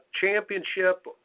championship